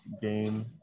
game